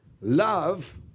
Love